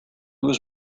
was